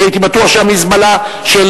הייתי בטוח שהמזבלה של